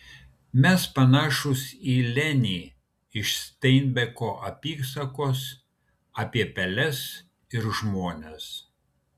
mes panašūs į lenį iš steinbeko apysakos apie peles ir žmones